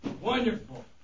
Wonderful